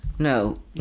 No